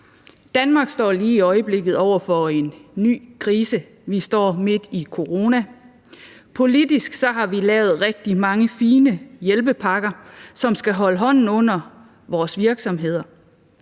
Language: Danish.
Danmark står lige i øjeblikket over for en ny krise. Vi står midt i corona. Politisk har vi lavet rigtig mange fine hjælpepakker, som skal holde hånden under vores virksomheder,